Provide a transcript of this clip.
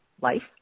life